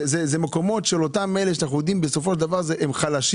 אלה מקומות של אותם אלה שאנחנו יודעים שבסופו של דבר הם חלשים.